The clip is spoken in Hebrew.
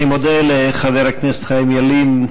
אני מודה לחבר הכנסת חיים ילין,